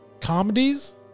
comedies